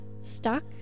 stuck